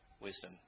wisdom